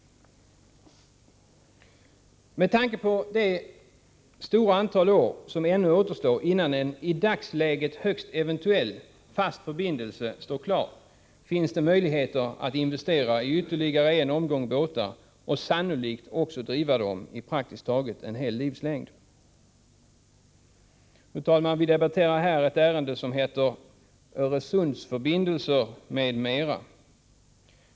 Med tanke på det stora antal år som ännu återstår innan en — i dagsiäget högst eventuell — fast förbindelse står klar finns det möjligheter att investera i ytterligare en omgång båtar och sannolikt också driva dem i praktiskt taget en hel livslängd. Fru talman! Vi debatterar här ett ärende som fått rubriken Öresundsförbindelser m.m.